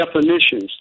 definitions